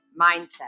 mindset